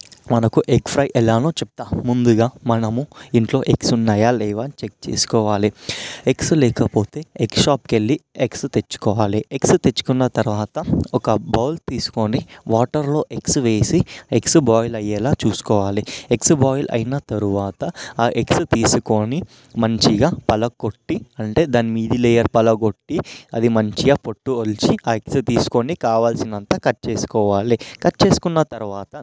మనకు egg fry ఎలాగో చెప్తాను ముందుగా మనము ఇంట్లో ఎగ్స్ ఉన్నాయా లేవా చెక్ చేసుకోవాలి ఎగ్స్ లేకపోతే ఎగ్స్ షాప్కి వెళ్ళి ఎగ్స్ తెచ్చుకోవాలి ఎగ్స్ తెచ్చుకున్న తరువాత ఒక బౌల్ తీసుకొని వాటర్లో ఎగ్స్ వేసి ఎగ్స్ బాయిల్ అయ్యేలా చూసుకోవాలి ఎగ్స్ బాయిల్ అయిన తరువాత ఆ ఎగ్స్ తీసుకొని మంచిగా పగలగొట్టి అంటే దాని మీది లేయర్ పగలగొట్టి అది మంచిగా పొట్టు ఒలిచి ఆ ఎగ్స్ తీసుకొని కావాల్సినంత కట్ చేసుకోవాలి కట్ చేసుకున్న తరువాత